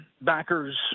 backers